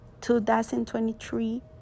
2023